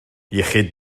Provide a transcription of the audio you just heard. iechyd